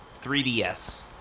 3DS